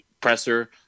presser